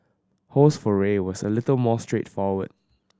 ho's foray was a little more straightforward